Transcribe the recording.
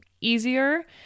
easier